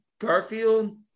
garfield